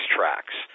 Tracks